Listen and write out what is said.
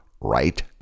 right